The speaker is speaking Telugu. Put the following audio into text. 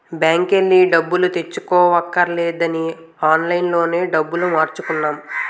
బాంకెల్లి డబ్బులు తెచ్చుకోవక్కర్లేదని ఆన్లైన్ లోనే డబ్బులు మార్చుకున్నాం